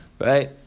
right